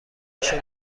شما